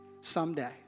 someday